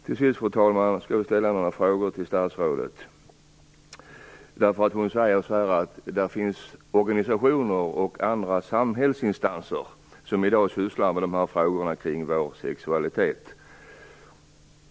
Till sist, fru talman, vill jag ställa några frågor till statsrådet. Statsrådet säger att det finns organisationer och andra samhällsinstanser som i dag sysslar med frågorna kring vår sexualitet.